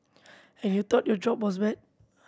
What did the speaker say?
and you thought your job was bad